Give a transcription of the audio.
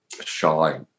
shy